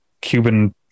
cuban